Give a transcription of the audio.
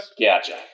Gotcha